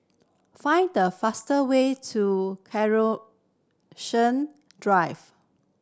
find the fast way to Drive